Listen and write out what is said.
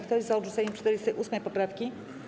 Kto jest za odrzuceniem 48. poprawki?